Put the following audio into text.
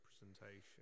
representation